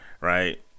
right